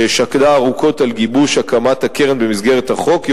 ששקדה ארוכות על גיבוש הקמת הקרן במסגרת החוק.